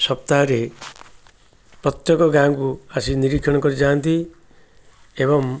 ସପ୍ତାହରେ ପ୍ରତ୍ୟେକ ଗାଁକୁ ଆସି ନିରୀକ୍ଷଣ କରି ଯାଆନ୍ତି ଏବଂ